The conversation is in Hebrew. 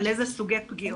איזה סוגי פגיעות.